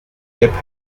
depp